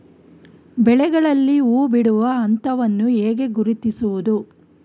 ಬೆಳೆಗಳಲ್ಲಿ ಹೂಬಿಡುವ ಹಂತವನ್ನು ಹೇಗೆ ಗುರುತಿಸುವುದು?